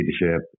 leadership